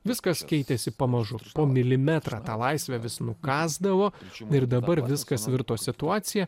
viskas keitėsi pamažu po milimetrą tą laisvę vis nukąsdavo ir dabar viskas virto situacija